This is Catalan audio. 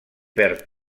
perd